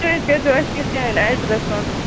تُہۍ حظ کٔرۍزیو اَسہِ یہِ سٮ۪نٛڈ اٮ۪ڈرَس پَنُن